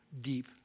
deep